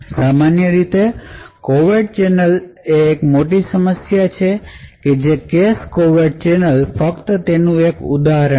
સામાન્ય રીતે covert channel એ એક મોટી સમસ્યા છે કેશ કોવેર્ટ ચેનલ ફક્ત તેનું એક ઉદાહરણ છે